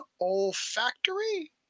olfactory